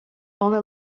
only